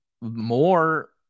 More